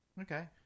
Okay